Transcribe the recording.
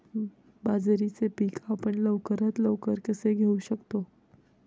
बाजरीचे पीक आपण लवकरात लवकर कसे घेऊ शकतो?